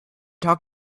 talk